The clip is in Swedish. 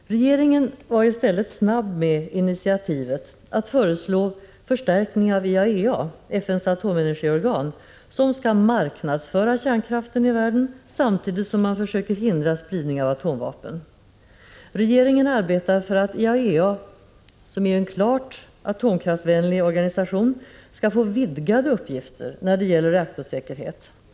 Regeringen var i stället snabb med att ta initiativ till ett förslag om en förstärkning av IAEA — FN:s atomenergiorgan, som skall marknadsföra kärnkraften i världen samtidigt som man försöker hindra spridning av atomvapen. Regeringen arbetar för att IAEA, som är en klart atomkraftsvänlig organisation, skall få vidgade uppgifter när det gäller reaktorsäkerhet.